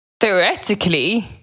theoretically